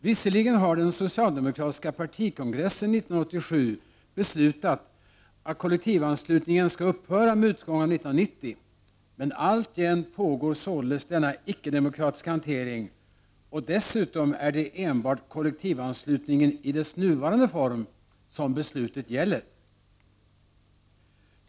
Visserligen har den socialdemokratiska partikongressen 1987 beslutat att kollektivanslutningen skall upphöra med utgången av 1990, men alltjämt pågår således denna icke-demokratiska hantering, och dessutom är det enbart kollektivanslutningen i dess nuvarande form som beslutet gäller.